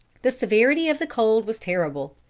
the severity of the cold was terrible.